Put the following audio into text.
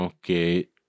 que